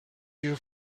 you